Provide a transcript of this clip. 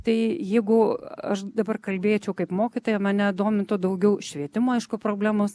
tai jeigu aš dabar kalbėčiau kaip mokytoja mane domintų daugiau švietimo aišku problemos